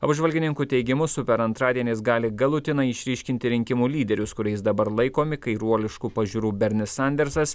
apžvalgininkų teigimu super antradienis gali galutinai išryškinti rinkimų lyderius kuriais dabar laikomi kairuoliškų pažiūrų bernis sandersas